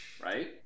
right